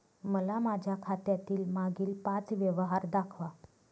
मला माझ्या खात्यातील मागील पांच व्यवहार दाखवा